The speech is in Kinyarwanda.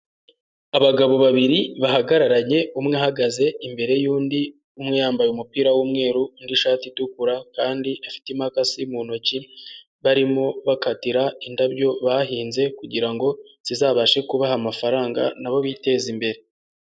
Abagabo babiri bahagararanye, umwe ahagaze imbere y'undi, umwe yambaye umupira w'umweru n'ishati itukura, kandi afite imakasi mu ntoki, barimo bakatira indabyo bahinze kugira ngo zizabashe kubaha amafaranga na bo biteze imbere.